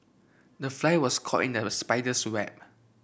the fly was caught in the spider's web